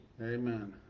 Amen